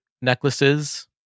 necklaces